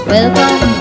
Welcome